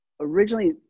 originally